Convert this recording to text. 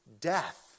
death